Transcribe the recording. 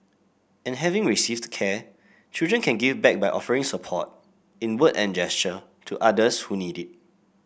and having received care children can give back by offering support in word and gesture to others who need it